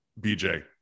BJ